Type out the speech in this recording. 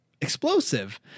explosive